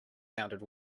sounded